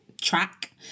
track